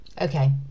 okay